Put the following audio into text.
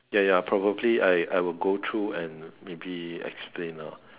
ya ya probably I I'll go through and maybe explain ah